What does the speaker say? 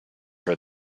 for